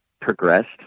progressed